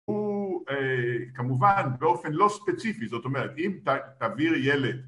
הוא כמובן באופן לא ספציפי, זאת אומרת אם תעביר ילד...